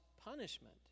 punishment